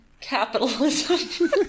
Capitalism